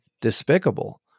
despicable